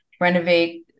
renovate